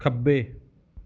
ਖੱਬੇ